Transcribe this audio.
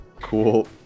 Cool